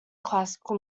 classical